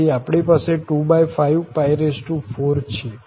તેથી આપણી પાસે 254 છે